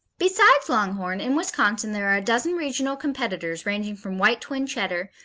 besides longhorn, in wisconsin there are a dozen regional competitors ranging from white twin cheddar,